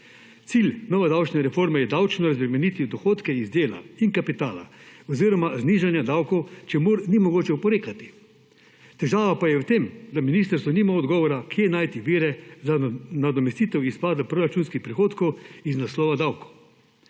Cilj nove davčne reforme je davčno razbremeniti dohodke iz dela in kapitala oziroma znižanje davkov, čemur ni mogoče oporekati. Težava pa je v tem, da ministrstvo nima odgovora, kje najti vire za nadomestitev izpada proračunskih prihodkov iz naslova davkov.